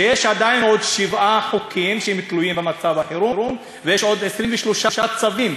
שיש עדיין עוד שבעה חוקים שתלויים במצב החירום ויש עוד 23 צווים.